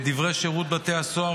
לדברי שירות בתי הסוהר,